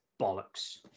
bollocks